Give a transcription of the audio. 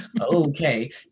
okay